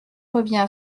revient